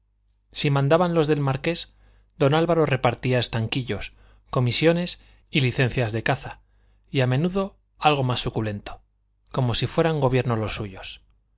si mandaban los del marqués don álvaro repartía estanquillos comisiones y licencias de caza y a menudo algo más suculento como si fueran gobierno los suyos